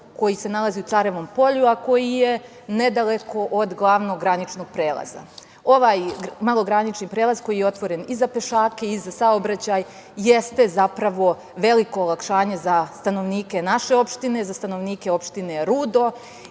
koji se nalazi u Carevom Polju a koji je nedaleko od glavnog graničnog prelaza. Ovaj malogranični prelaz koji je otvoren i za pešake i za saobraćaj jeste zapravo veliko olakšanje za stanovnike naše opštine, za stanovnike opštine Rudo